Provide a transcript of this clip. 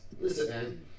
Listen